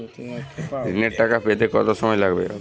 ঋণের টাকা পেতে কত সময় লাগবে?